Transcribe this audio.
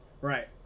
Right